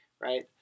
right